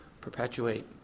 perpetuate